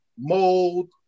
mold